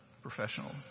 Professional